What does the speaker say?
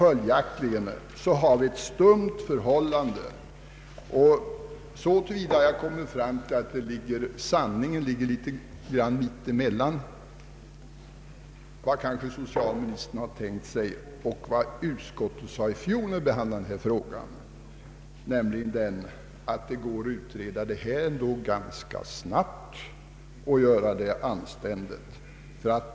Följaktligen har vi ett stumt förhållande och så till vida har jag kommit fram till att sanningen nog ligger någonstans mitt emellan vad kanske socialministern har tänkt sig och vad utskottet sade i fjol när vi behandlade denna fråga, nämligen att en utredning kan gå ganska snabbt och ändå göras på ett anständigt sätt.